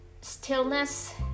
Stillness